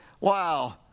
wow